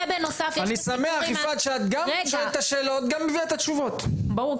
אני שמח יפעת שאת גם שואלת את השאלות וגם מביאה את התשובות ברור,